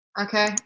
Okay